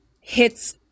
hits